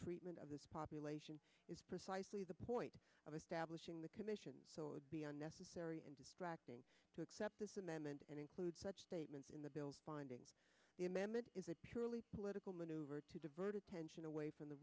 treatment of this population is precisely the point of establishing the commission so it would be unnecessary in practice to accept this amendment include such statements in the bill finding the amendment is a purely political maneuver to divert attention away from the